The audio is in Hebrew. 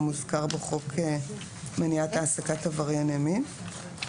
הזוכר בחוק מניעת העסקת עברייני מין.